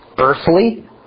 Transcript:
earthly